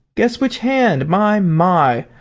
guess which hand? my my!